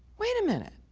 wait a minute.